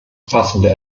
passende